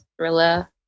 thriller